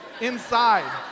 inside